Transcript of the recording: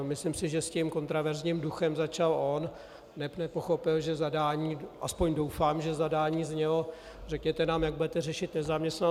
Myslím si, že s tím kontroverzním duchem začal on, neb nepochopil, že zadání aspoň doufám, že zadání znělo: řekněte nám, jak budete řešit nezaměstnanost.